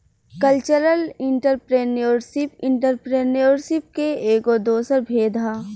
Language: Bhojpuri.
कल्चरल एंटरप्रेन्योरशिप एंटरप्रेन्योरशिप के एगो दोसर भेद ह